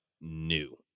new